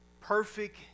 perfect